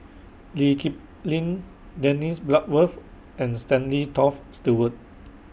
Lee Kip Lin Dennis Bloodworth and Stanley Toft Stewart